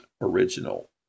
original